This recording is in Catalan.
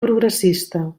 progressista